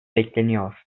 bekleniyor